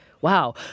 Wow